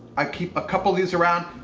i keep a couple of these around.